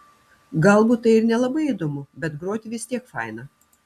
galbūt tai ir nelabai įdomu bet groti vis tiek faina